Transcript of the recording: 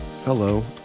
Hello